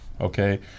Okay